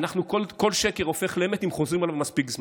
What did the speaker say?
כל שקר הופך לאמת אם חוזרים עליו מספיק זמן.